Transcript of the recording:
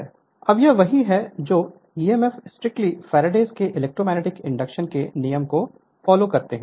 Refer Slide Time 0345 अब यह वही है जो ईएमएफ स्ट्रिक्टली फैराडे के इलेक्ट्रोमैग्नेटिक इंडक्शन के नियम को फॉलो करते है